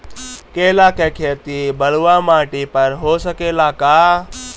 केला के खेती बलुआ माटी पर हो सकेला का?